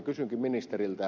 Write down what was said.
kysynkin ministeriltä